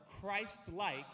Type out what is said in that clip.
Christ-like